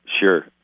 sure